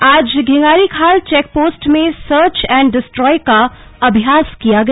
आज Dhingharikhal check post में search and destroy का अभ्यास किया गया